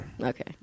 okay